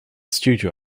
studio